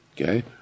Okay